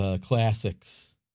Classics